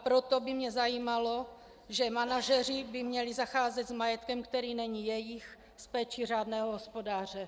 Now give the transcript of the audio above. Proto by mě zajímalo, že manažeři by měli zacházet s majetkem, který není jejich, s péčí řádného hospodáře.